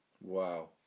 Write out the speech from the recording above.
Wow